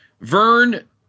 Vern